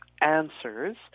answers